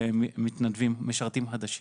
לקלוט מתנדבים, משרתים חדשים.